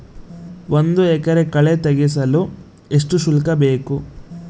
ಒಂದು ಎಕರೆ ಕಳೆ ತೆಗೆಸಲು ಎಷ್ಟು ಶುಲ್ಕ ಬೇಕು?